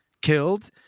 killed